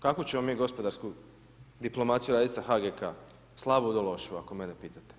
Kakvu ćemo mi gospodarsku diplomaciju raditi sa HGK, slabu ili lošu ako mene pitate.